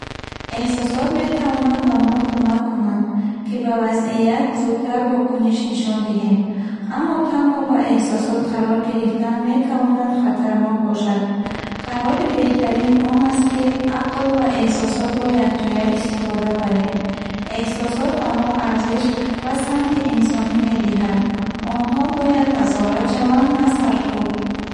Эҳсосот метавонад ба мо кӯмак кунанд, ки ба вазъият зудтар вокуниш нишон диҳем. Аммо танҳо ба эҳсосот қарор гирифтан метавонад хатарнок бошад. Қарори беҳтарин он аст, ки ақл ва эҳсосотро якҷоя истифода барем. Эҳсосот ба мо арзиш ва самти инсонӣ медиҳад. Онҳо бояд назорат шаванд, на саркӯб.